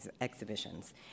exhibitions